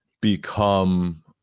become